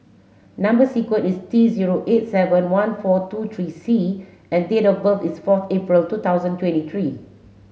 number sequence is T zero eight seven one four two three C and date of birth is fourth April two thousand twenty three